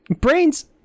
Brains